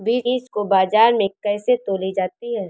बीज को बाजार में कैसे तौली जाती है?